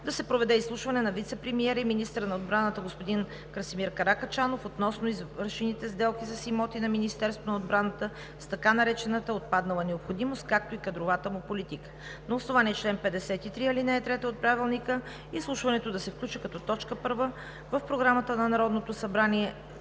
да се проведе изслушване на вицепремиера и министър на отбраната господин Красимир Каракачанов относно извършените сделки с имоти на Министерството на отбраната с така наречената отпаднала необходимост, както и кадровата му политика. На основание чл. 53, ал. 3 от Правилника изслушването да се включи като точка първа в Програмата на Народното събрание